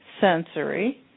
sensory